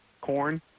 Corn